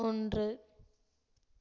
ஒன்று